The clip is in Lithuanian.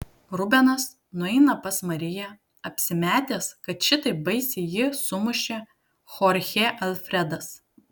rubenas nueina pas mariją apsimetęs kad šitaip baisiai jį sumušė chorchė alfredas